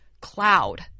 cloud